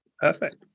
Perfect